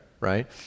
right